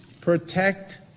protect